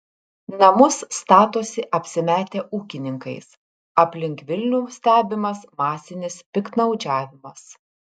namus statosi apsimetę ūkininkais aplink vilnių stebimas masinis piktnaudžiavimas